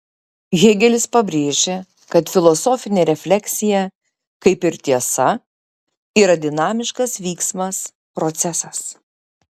hėgelis pabrėžė kad filosofinė refleksija kaip ir tiesa yra dinamiškas vyksmas procesas